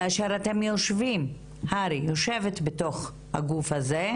כאשר אתם יושבים, הר"י יושבת בתוך הגוף הזה,